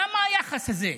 למה היחס הזה?